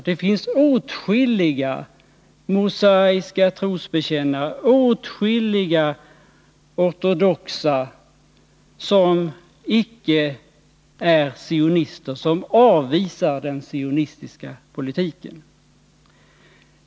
Det finns åtskilliga mosaiska trosbekännare, åtskilliga ortodoxa som icke är sionister och som avvisar den sionistiska politiken.